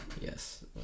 Yes